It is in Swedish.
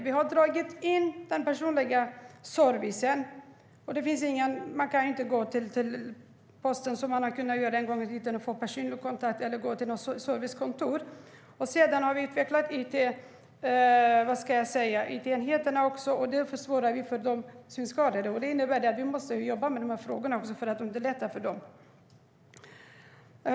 Vi har dragit in den personliga servicen. Man kan inte gå till posten eller något servicekontor och få personlig kontakt som man en gång i tiden kunde. Vi har också utvecklat it-enheterna vilket försvårar för de synskadade. Det innebär att vi måste jobba med de här frågorna för att underlätta för dem.